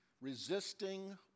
resisting